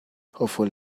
hopefully